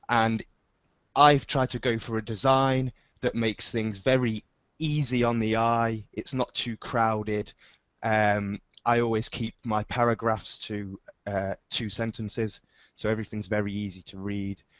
and i've tried to go through a design that makes things very easy on the eye. it's not too crowded and i always keep my paragraphs to two sentences so everything's very easy to read.